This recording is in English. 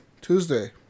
Tuesday